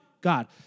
God